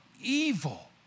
evil